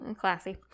Classy